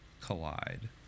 collide